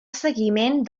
seguiment